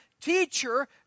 teacher